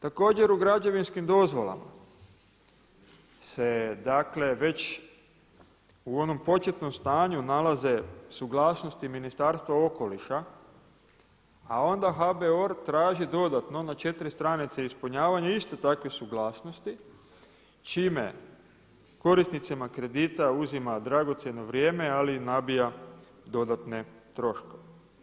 Također u građevinskim dozvolama se dakle već u onom početnom stanju nalaze suglasnosti Ministarstva okoliša a onda HBOR traži dodatno na 4 stranice ispunjavanje isto takve suglasnosti čime korisnicima kredita uzima dragocjeno vrijeme, ali i nabija dodatne troškove.